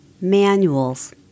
Manuals